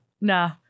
Nah